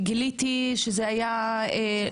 להגשים חלומות,